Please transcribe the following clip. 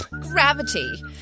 Gravity